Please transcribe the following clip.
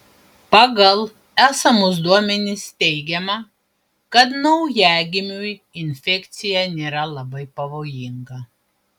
pagal esamus duomenis teigiama kad naujagimiui infekcija nėra labai pavojinga